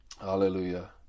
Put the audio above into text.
hallelujah